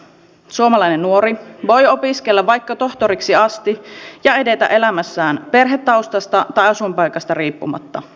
suomalainen nuori voi opiskella vaikka tohtoriksi asti ja edetä elämässään perhetaustasta tai asuinpaikasta riippumatta